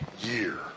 year